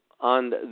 on